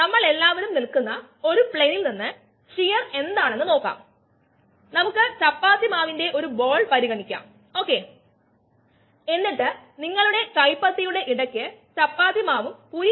നേരത്തെ നമ്മൾ കയ്നെറ്റിക്സ് എന്തെന്നു നോക്കിയിരുന്നു വളർച്ചയുടെ റേറ്റ് ഉൽപ്പന്നങ്ങളുടെ രൂപീകരണ റേറ്റ് എന്നിവ നമ്മൾ പരിശോധിച്ചു